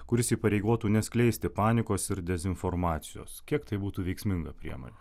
kuris įpareigotų neskleisti panikos ir dezinformacijos kiek tai būtų veiksminga priemonė